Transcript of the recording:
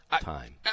time